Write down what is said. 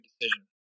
decision